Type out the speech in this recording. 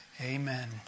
amen